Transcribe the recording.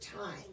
time